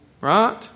Right